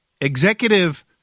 executive